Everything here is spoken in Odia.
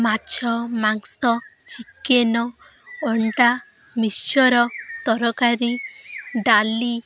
ମାଛ ମାଂସ ଚିକେନ ଅଣ୍ଡା ମିକ୍ସଚର୍ ତରକାରୀ ଡାଲି